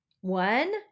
One